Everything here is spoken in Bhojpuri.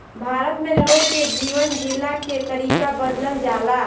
भारत में लोग के जीवन जियला के तरीका बदलल जाला